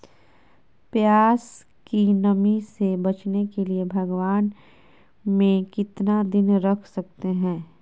प्यास की नामी से बचने के लिए भगवान में कितना दिन रख सकते हैं?